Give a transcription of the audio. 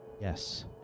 Yes